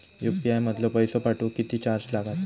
UPI मधलो पैसो पाठवुक किती चार्ज लागात?